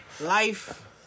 Life